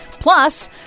Plus